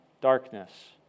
darkness